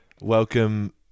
Welcome